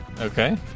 Okay